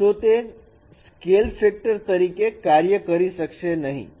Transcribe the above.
તો તે scale factor તરીકે કાર્ય કરી શકશે નહીં